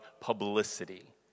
publicity